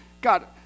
God